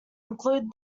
include